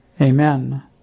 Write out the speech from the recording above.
Amen